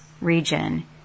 region